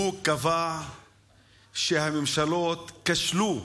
והוא קבע שהממשלות כשלו